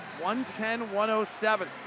110-107